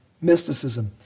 Mysticism